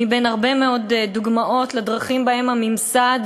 מהרבה מאוד דוגמאות לדרכים שבהן הממסד,